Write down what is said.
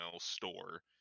store